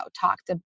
talked